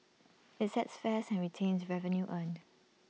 IT sets fares and retains revenue earned